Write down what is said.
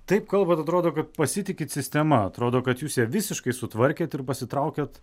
taip kalbat atrodo kad pasitikit sistema atrodo kad jūs ją visiškai sutvarkėt ir pasitraukiat